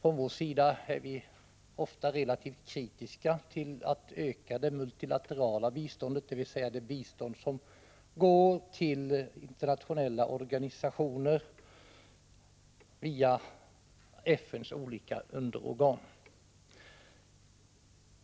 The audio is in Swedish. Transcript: På vår sida är vi ofta relativt kritiska till att öka det multilaterala biståndet, dvs. det bistånd som går till internationella organisationer via FN:s olika underorgan.